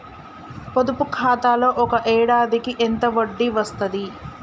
పొదుపు ఖాతాలో ఒక ఏడాదికి ఎంత వడ్డీ వస్తది?